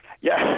Yes